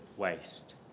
waste